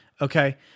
okay